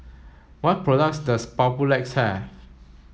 what products does Papulex have